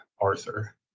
Arthur